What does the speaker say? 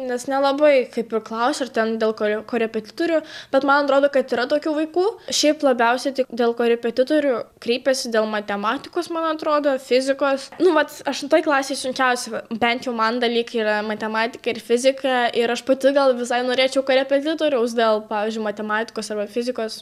nes nelabai kaip ir klausiu ar ten dėl kore korepetitorių bet man atrodo kad yra tokių vaikų šiaip labiausiai tai dėl korepetitorių kreipiasi dėl matematikos man atrodo fizikos nu vat aštuntoj klasėj sunkiausi va bent jau man dalykai yra matematika ir fizika ir aš pati gal visai norėčiau korepetitoriaus dėl pavyzdžiui matematikos fizikos